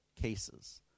cases